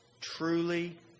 truly